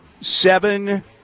seven